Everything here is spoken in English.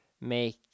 make